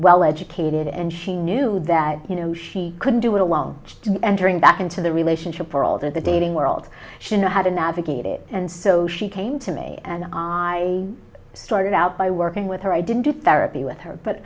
well educated and she knew that you know she couldn't do it alone entering back into the relationship world or the dating world she knows how to navigate it and so she came to me and i started out by working with her i didn't do therapy with her but